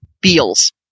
Beals